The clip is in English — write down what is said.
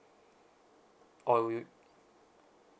or will